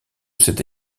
cette